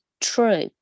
true